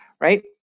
right